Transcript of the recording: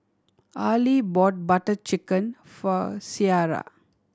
Arly bought Butter Chicken for Ciara